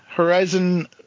Horizon –